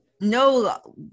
No